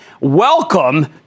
Welcome